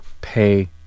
pay